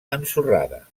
ensorrada